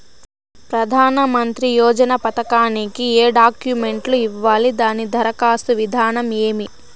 ప్రధానమంత్రి యోజన పథకానికి ఏ డాక్యుమెంట్లు ఇవ్వాలి దాని దరఖాస్తు విధానం ఏమి